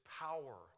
power